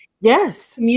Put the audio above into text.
Yes